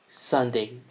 Sunday